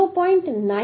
975 અને 1 છે